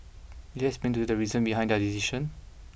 did they explain to you the reasons behind their decision